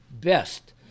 best